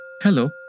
Hello